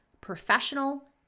professional